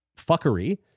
fuckery